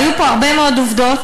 היו פה הרבה מאוד עובדות,